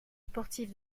sportif